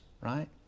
right